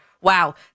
Wow